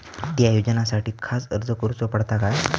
त्या योजनासाठी खास अर्ज करूचो पडता काय?